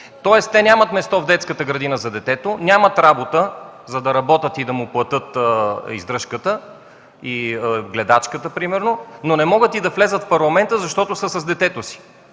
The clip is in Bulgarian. тоест те нямат място в детската градина за детето, нямат работа, за да работят и да му платят издръжката и гледачката, примерно, но не могат и да влязат в Парламента, защото са с детето си,